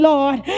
Lord